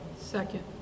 Second